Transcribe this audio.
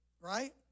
Right